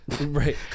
Right